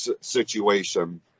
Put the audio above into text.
situation